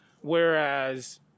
Whereas